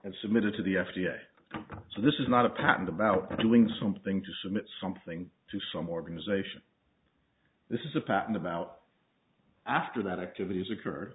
and submitted to the f d a so this is not a patent about doing something to submit something to some organization this is a patent about after that activities occur